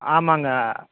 ஆமாங்க